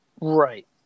Right